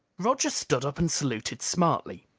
roger stood up and saluted smartly.